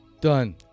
Done